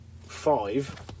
five